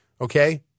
okay